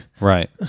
right